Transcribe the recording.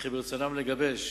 וכי ברצונם לגבש